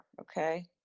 okay